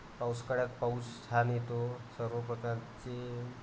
पावसाळ्यात पाऊस छान येतो सर्व प्रकारचे